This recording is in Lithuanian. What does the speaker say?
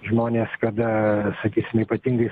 žmonės kada sakysim ypatingai